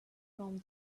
from